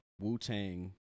Wu-Tang